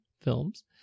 films